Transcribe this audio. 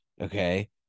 Okay